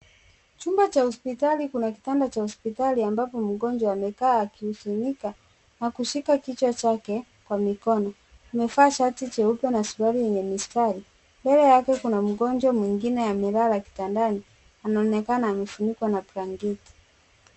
Chumba cha hospitali kuna kitanda cha hospitali ambapo mgonjwa amekaa akihuzunika na kushika kichwa chake kwa mikono, amevaa shati jeupe na suwari yenye mistari, mbele yake kuna mgonjwa mwingine amelala kitandani anaonekana amefunukwa na blanketi.